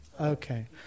Okay